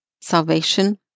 salvation